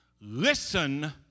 Listen